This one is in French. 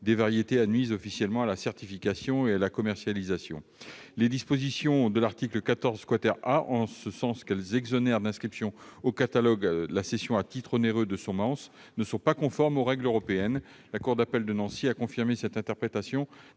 des variétés admises officiellement à la certification et à la commercialisation sur son territoire ». Les dispositions de l'article 14 A en ce qu'elles exonèrent d'inscription au catalogue la cession à titre onéreux de semences ne sont pas conformes aux règles européennes. La cour d'appel de Nancy a confirmé cette interprétation